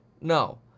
No